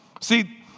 see